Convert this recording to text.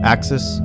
Axis